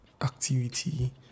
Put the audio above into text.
activity